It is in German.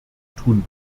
tun